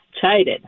chided